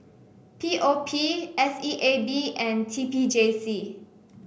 P O P S E A B and T P J C